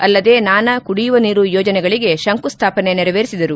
ಅಲ್ಲದೆ ನಾನಾ ಕುಡಿಯುವ ನೀರು ಯೋಜನೆಗಳಿಗೆ ಕಂಕುಸ್ವಾಪನೆ ನೆರವೇರಿಸಿದರು